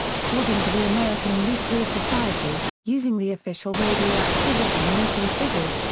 according to the american nuclear society, using the official radioactivity emission figures,